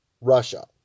Russia